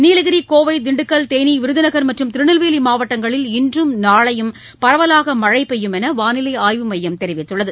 நீலகிரி கோவை தின்டுக்கல் தேனி விருதுநகர் மற்றும் திருநெல்வேலி மாவட்டங்களில் இன்றும் நாளையும் பரவலாக மழை பெய்யும் என்று வாளிலை ஆய்வு மையம் தெரிவித்துள்ளது